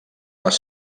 les